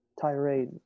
tirade